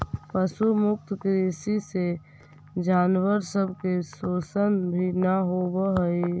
पशु मुक्त कृषि में जानवर सब के शोषण भी न होब हई